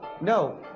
No